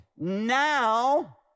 now